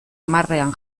hamarrean